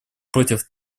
против